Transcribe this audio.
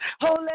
Holy